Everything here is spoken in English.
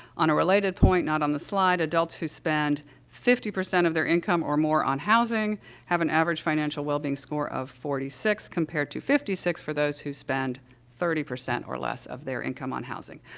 on a related point not on the slide, adults who spend fifty percent of their income or more on housing have an average financial wellbeing score of forty six, compared to fifty six for those who spend thirty percent or less of their income on housing.